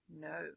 No